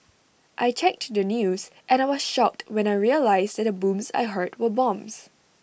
I checked the news and I was shocked when I realised that the booms I heard were bombs